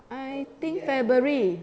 I think february